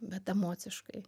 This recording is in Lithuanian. bet emociškai